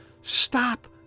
Stop